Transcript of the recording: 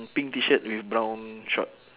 pink T-shirt with brown short